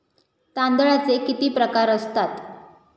तांदळाचे किती प्रकार असतात?